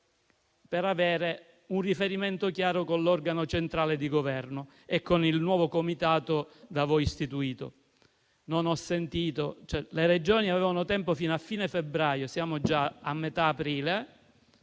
per avere un riferimento chiaro con l'organo centrale di Governo e con il nuovo comitato da voi istituito. Le Regioni avevano tempo fino a fine febbraio, ma siamo già alla metà di aprile.